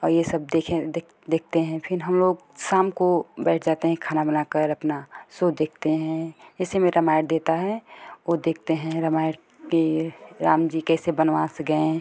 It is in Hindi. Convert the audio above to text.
और ये सब देखें देख देखते हैं फिर हम लोग शाम को बैठ जाते हैं खाना बना कर अपना सो देखते हैं इसमें रामायण देता है वो देखते हैं रामायण कि राम जी कैसे वनवास गए